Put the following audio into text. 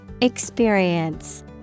Experience